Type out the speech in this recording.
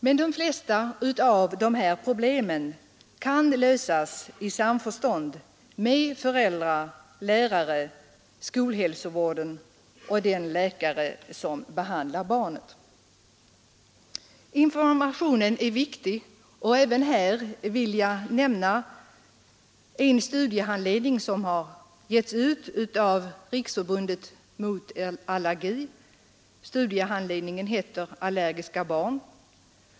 Men de flesta av de här problemen kan lösas i samförstånd med föräldrar, lärare, skolhälsovård och den läkare som behandlar barnen. Informationen är viktig, och jag vill nämna en studiehandledning som har getts ut av Riksförbundet mot allergi. Studiehandledningen heter Allergiska barn.